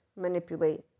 manipulate